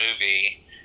movie